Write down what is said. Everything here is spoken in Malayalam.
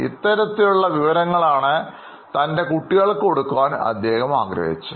ഇത്തരത്തിലുള്ള വിവരങ്ങളാണ് തൻറെ കുട്ടികൾക്ക്കൊടുക്കുവാൻ അദ്ദേഹം ആഗ്രഹിച്ചത്